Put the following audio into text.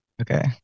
Okay